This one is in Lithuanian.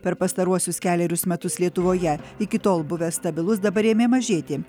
per pastaruosius kelerius metus lietuvoje iki tol buvęs stabilus dabar ėmė mažėti